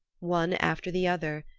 one after the other,